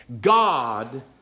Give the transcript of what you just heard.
God